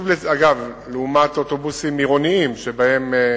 אגב, לעומת אוטובוסים עירוניים, שבהם נדמה